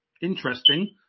interesting